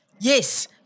yes